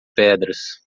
pedras